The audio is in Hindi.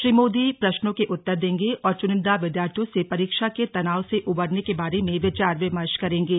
श्री मोदी प्रश्नों के उत्तर देंगे और चुनिंदा विद्यार्थियों से परीक्षा के तनाव से उबरने के बारे में विचार विमर्श करेंगे